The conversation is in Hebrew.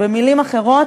במילים אחרות,